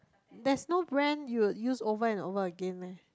there's no brand you will use over and over again meh